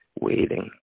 waiting